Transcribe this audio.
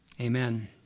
amen